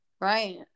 Right